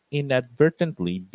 inadvertently